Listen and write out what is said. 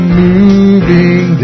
moving